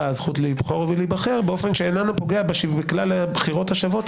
הזכות לבחור ולהיבחר באופן שפוגע בכלל הבחירות השוות,